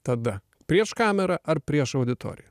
tada prieš kamerą ar prieš auditoriją